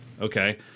okay